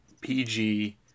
PG